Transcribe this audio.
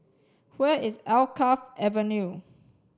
where is Alkaff Avenue